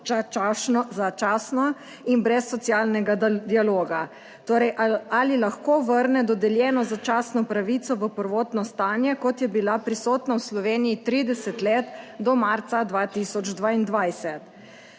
začasno in brez socialnega dialoga. Torej, ali lahko vrne dodeljeno začasno pravico v prvotno stanje, kot je bila prisotna v Sloveniji 30 let, do marca 2022?